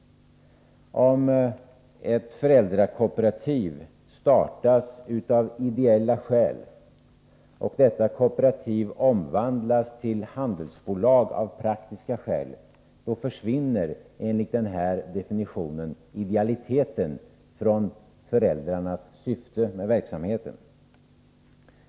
Om ett föräldrakooperativ startas av ideella skäl och detta kooperativ omvandlas till handelsbolag av praktiska skäl, försvinner enligt denna definition idealiteten från föräldrarnas syfte med verksamheten.